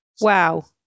wow